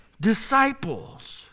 disciples